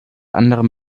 anderem